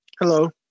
Hello